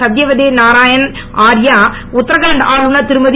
சத்தியதேவ் நாராயணன் ஆர்யா உத்தராகண்ட் ஆளுநர் திருமதி